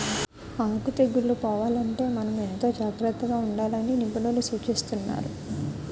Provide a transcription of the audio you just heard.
ఆకు తెగుళ్ళు పోవాలంటే మనం ఎంతో జాగ్రత్తగా ఉండాలని నిపుణులు సూచిస్తున్నారు